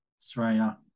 Australia